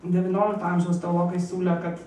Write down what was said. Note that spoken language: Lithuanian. devyniolikto amžiaus teologai siūlė kad